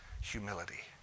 humility